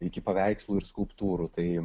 iki paveikslų ir skulptūrų tai